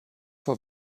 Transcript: vor